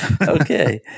Okay